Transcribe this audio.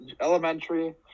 elementary